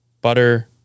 butter